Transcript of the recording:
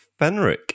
Fenric